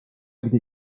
gdy